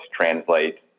translate